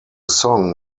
song